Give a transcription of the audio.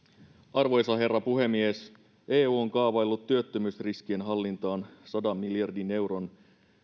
arvoisa herra puhemies eu on kaavaillut työttömyysriskien hallintaan sadan miljardin euron